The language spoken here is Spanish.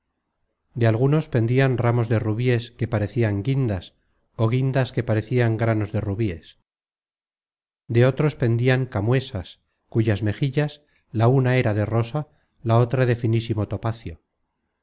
de algunos pendian ramos de rubíes que parecian guindas ó guindas que parecian granos de rubíes de otros pendian camuesas cuyas mejillas la una era de rosa la otra de finísimo topacio